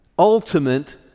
ultimate